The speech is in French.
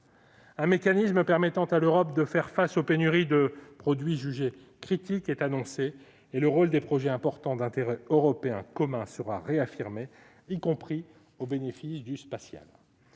Un mécanisme permettant à l'Europe de faire face aux pénuries de produits jugés critiques est annoncé, et le rôle des projets importants d'intérêt européen commun sera réaffirmé, y compris au bénéfice du spatial.